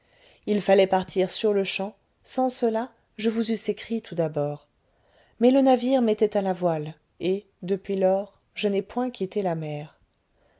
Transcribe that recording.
il fallait partir sur-le-champ sans cela je vous eusse écrit tout d'abord mais le navire mettait à la voile et depuis lors je n'ai point quitté la mer